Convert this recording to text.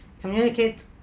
communicate